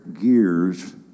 gears